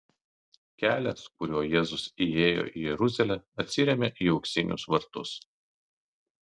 kelias kuriuo jėzus įėjo į jeruzalę atsiremia į auksinius vartus